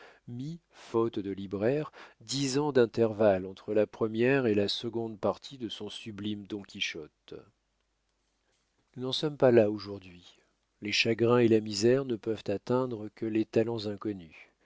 faute de libraire dix ans d'intervalle entre la première et la seconde partie de son sublime don quichotte nous n'en sommes pas là aujourd'hui les chagrins et la misère ne peuvent atteindre que les talents inconnus